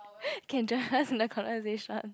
can join us in the conversation